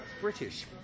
British